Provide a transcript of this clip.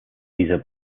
dieser